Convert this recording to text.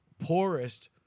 poorest